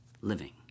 living